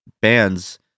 bands